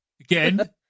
again